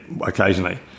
Occasionally